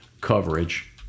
coverage